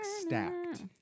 stacked